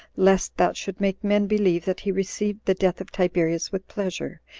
lest that should make men believe that he received the death of tiberius with pleasure,